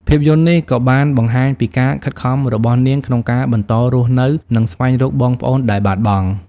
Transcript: ភាពយន្តនេះក៏បានបង្ហាញពីការខិតខំរបស់នាងក្នុងការបន្តរស់នៅ និងស្វែងរកបងប្អូនដែលបាត់បង់។